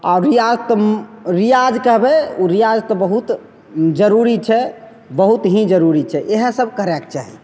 अभी आब तऽ रियाज कहबय उ रियाज तऽ बहुत जरुरी छै बहुत ही जरुरी छै इएह सब करयके चाही